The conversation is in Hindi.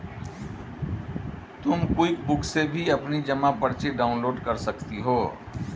तुम क्विकबुक से भी अपनी जमा पर्ची डाउनलोड कर सकती हो